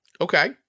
okay